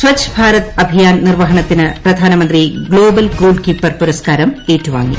സ്വച്ച് ഭാരത് അഭിയാൻ നിർവ്വഹണത്തിന് പ്രധാനമന്ത്രി global goalkeeper പുരസ്കാരം ഏറ്റുവാങ്ങി